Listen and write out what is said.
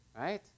Right